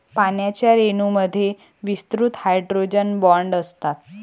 पाण्याच्या रेणूंमध्ये विस्तृत हायड्रोजन बॉण्ड असतात